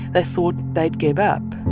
ah thought they'd give up